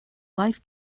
life